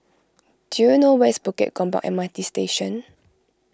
do you know where is Bukit Gombak M R T Station